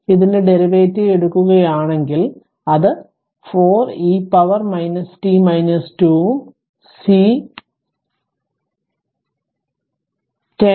അതിനാൽ ഇതിന്റെ ഡെറിവേറ്റീവ് എടുക്കുകയാണെങ്കിൽ അത് 4 e പവർ t 2 ഉം C 10 to 10 ഉം പവറും 6